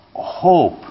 hope